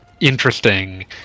interesting